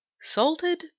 Salted